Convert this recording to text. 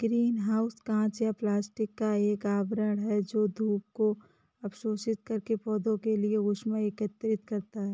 green house कांच या plastic का एक आवरण है जो धूप को अवशोषित करके पौधों के लिए ऊष्मा एकत्रित करता है